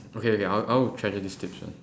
okay okay I'll I'll treasure these tips alright